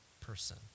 person